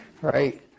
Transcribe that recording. right